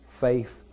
Faith